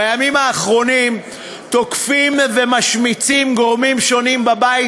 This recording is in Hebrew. בימים האחרונים תוקפים ומשמיצים גורמים שונים בבית